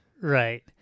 right